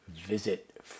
Visit